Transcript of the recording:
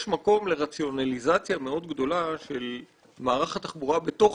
יש מקום לרציונליזציה מאוד גדולה של מערך התחבורה בתוך